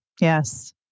Yes